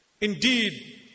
indeed